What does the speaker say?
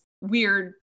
weird